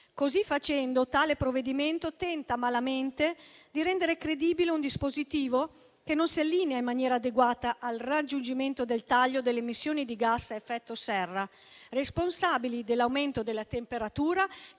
Così facendo, tale provvedimento tenta malamente di rendere credibile un dispositivo che non si allinea in maniera adeguata al raggiungimento del taglio delle emissioni di gas effetto serra, responsabili dell'aumento della temperatura